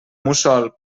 mussol